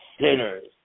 sinners